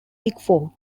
pickford